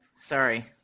Sorry